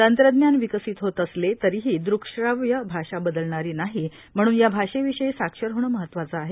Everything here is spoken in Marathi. तंत्रज्ञान विकसित होत असले तरीही दृक श्राव्य भाषा बदलणारी नाही म्हणून या भाषेविषयी साक्षर होणे महत्वाचे आहे